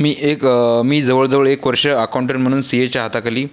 मी एक मी जवळजवळ एक वर्ष अकाउंटन म्हणून सी एच्या हाताखाली